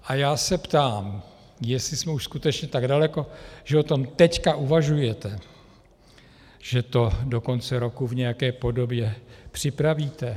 A já se ptám, jestli už jsme skutečně tak daleko, že o tom teď uvažujete, že to do konce roku v nějaké podobě připravíte.